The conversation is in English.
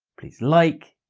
please like,